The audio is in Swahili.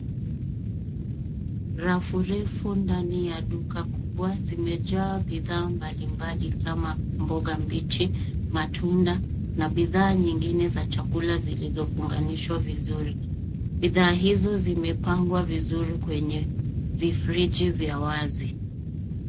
Rafu ndefu ndani ya duka kubwa zimejaa bidhaa mbalimbali kama mboga mabichi, matunda na bidhaa nyingine za chakula zilizofunganishwa vizuri. Bidhaa hizo zimepangwa vizuri kwenye vifriji vya wazi.